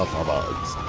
about?